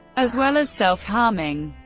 as well as self-harming.